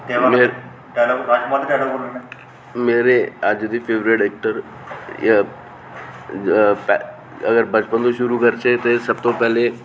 मेरे अज्ज दे फेवरेट एक्टर अगर बचपन तूं शुरू करचै ते सब तूं पैहले